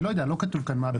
אני לא יודע, לא כתוב כאן.